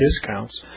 discounts